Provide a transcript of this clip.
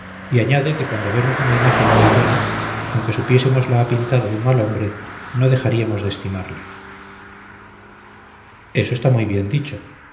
y añade que cuando vemos una imagen muy buena aunque supiésemos la ha pintado un mal hombre no dejaríamos de estimarla eso está muy bien dicho